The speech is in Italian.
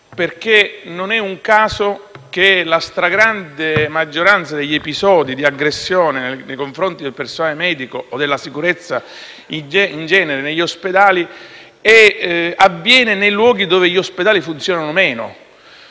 perché non è un caso che la stragrande maggioranza degli episodi di aggressione nei confronti del personale medico o della sicurezza in genere negli ospedali avviene nei luoghi dove gli ospedali funzionano meno.